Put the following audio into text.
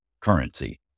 currency